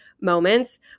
moments